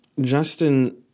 Justin